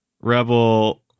Rebel